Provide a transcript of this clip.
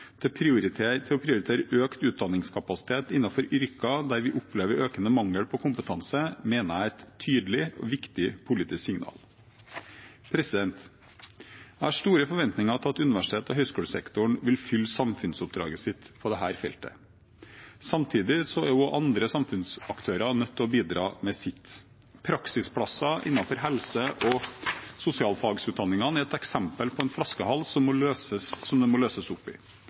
til å prioritere økt utdanningskapasitet innenfor yrker der vi opplever økende mangel på kompetanse, mener jeg er et tydelig og viktig politisk signal. Jeg har store forventninger til at universitets og høyskolesektoren vil fylle samfunnsoppdraget sitt på dette feltet. Samtidig er andre samfunnsaktører nødt til å bidra med sitt. Praksisplasser innenfor helse og sosialfagutdanningene er et eksempel på en flaskehals som det må løses opp i. Her foregår det